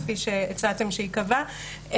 כפי שהצעתם שייקבע,